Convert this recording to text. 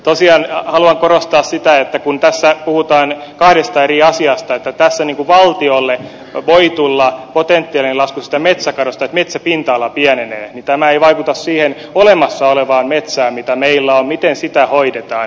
tosiaan haluan korostaa sitä kun tässä puhutaan kahdesta eri asiasta että tässä valtiolle voi tulla potentiaalinen lasku siitä metsäkadosta että metsäpinta ala pienenee niin tämä ei vaikuta siihen olemassa olevaan metsään mitä meillä on miten sitä hoidetaan